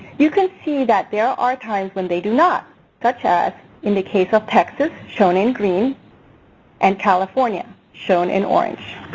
you can see that there are times when they do not such as in the case of texas shown in green and california shown in orange.